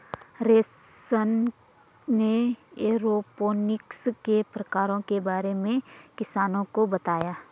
रौशन ने एरोपोनिक्स के प्रकारों के बारे में किसानों को बताया